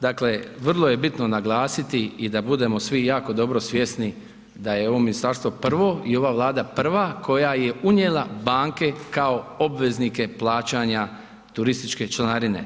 Dakle, vrlo je bitno naglasiti i da budemo svi jako dobro svjesni da je ovo ministarstvo prvo i ova Vlada prva koja je unijela banke kao obveznike plaćanja turističke članarine.